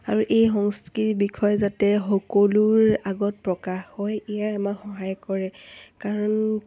আৰু এই সংস্কৃতিৰ বিষয় যাতে সকলোৰ আগত প্ৰকাশ হয় ইয়ে আমাক সহায় কৰে কাৰণ